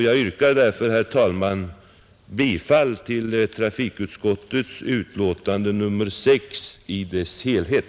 Jag yrkar därför, herr talman, bifall till trafikutskottets betänkande nr 6 i dess helhet.